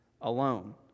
alone